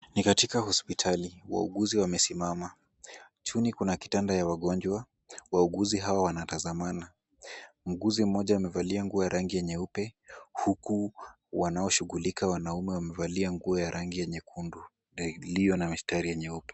Ni katika hospitali. Wauguzi wamesimama . Chini kuna kitanda ya wagonjwa , wauguzi hawa wanatazamana. Muguzi mmoja amevalia nguo ya rangi ya nyeupe, huku wanaoshugulika wanaume wamevalia nguo ya rangi ya nyekundu iliyo na mistari ya nyeupe.